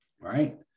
right